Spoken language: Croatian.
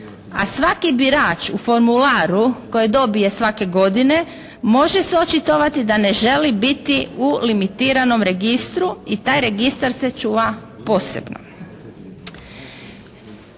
a svaki birač u formularu koji dobije svake godine može se očitovati da ne želi biti u limitiranom registru i taj registar se čuva posebno.